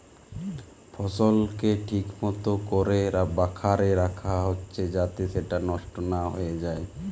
ফসলকে ঠিক মতো কোরে বাখারে রাখা হচ্ছে যাতে সেটা নষ্ট না হয়ে যায়